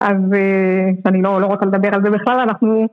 אז אני לא רוצה לדבר על זה בכלל, אנחנו...